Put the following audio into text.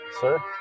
Sir